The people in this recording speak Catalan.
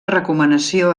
recomanació